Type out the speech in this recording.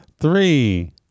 three